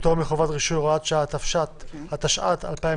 (פטור מחובת רישוי) (הוראת שעה), התשע"ט-2018.